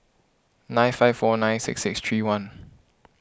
nine five four nine six six three one